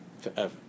forever